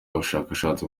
ubushakashatsi